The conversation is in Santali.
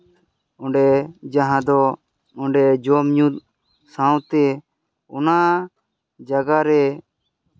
ᱚᱸᱰᱮ ᱡᱟᱦᱟᱸ ᱫᱚ ᱚᱸᱰᱮ ᱡᱚᱢᱼᱧᱩ ᱥᱟᱶᱛᱮ ᱚᱱᱟ ᱡᱟᱭᱜᱟ ᱨᱮ